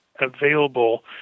available